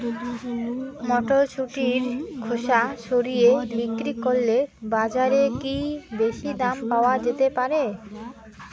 মটরশুটির খোসা ছাড়িয়ে বিক্রি করলে বাজারে কী বেশী দাম পাওয়া যেতে পারে?